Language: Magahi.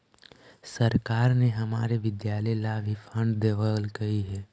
सरकार ने हमारे विद्यालय ला भी फण्ड देलकइ हे